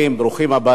ברוכים הבאים.